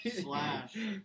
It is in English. slash